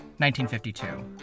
1952